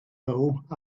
though